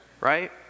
Right